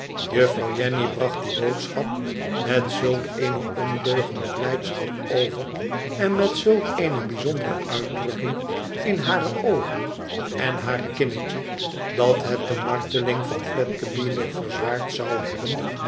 juffrouw jenny bracht die boodschap met zulk eene ondeugende blijdschap over en met zulk eene bijzondere uitdrukking in hare oogen en haar kinnetje dat het de marteling van fledgeby nog verzwaard zou hebben